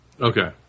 Okay